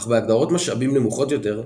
אך בהגדרות משאבים נמוכות יותר,